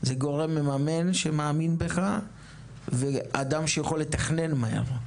זה גורם מממן שמאמין בך והאדם שיכול לתכנן מהר,